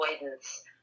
avoidance